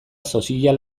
sozial